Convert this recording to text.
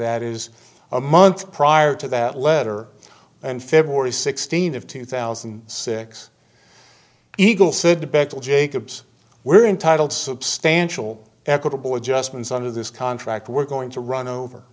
that is a month prior to that letter and february sixteenth of two thousand and six eagle said the betel jacobs were entitled substantial equitable adjustments under this contract we're going to run over